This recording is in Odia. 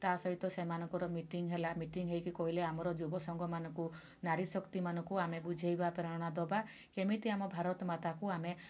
ତା' ସହିତ ସେମାନଙ୍କର ମିଟିଙ୍ଗ୍ ହେଲା ମିଟିଙ୍ଗ୍ ହୋଇକି କହିଲେ ଆମର ଯୁବ ସଂଘମାନଙ୍କୁ ନାରୀ ଶକ୍ତିମାନଙ୍କୁ ଆମେ ବୁଝେଇଵା ପ୍ରେରଣା ଦେବା କେମିତି ଆମ ଭାରତ ମାତାକୁ ଆମେ